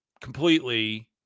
completely